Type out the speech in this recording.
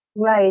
Right